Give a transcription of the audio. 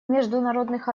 международных